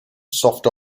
soft